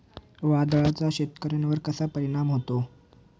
वादळाचा शेतकऱ्यांवर कसा परिणाम होतो?